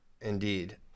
indeed